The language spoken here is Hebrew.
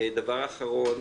דבר אחרון,